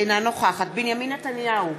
אינה נוכחת בנימין נתניהו,